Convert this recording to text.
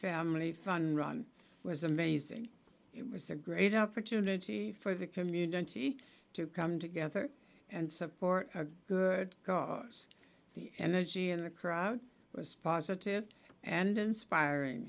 family fun run was amazing it was a great opportunity for the community to come together and support a good cause the energy in the crowd was positive and inspiring